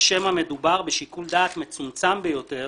או שמא מדובר בשיקול דעת מצומצם ביותר